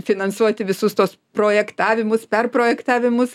finansuoti visus tuos projektavimus perprojektavimus